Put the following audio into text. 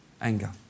anger